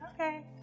Okay